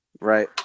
Right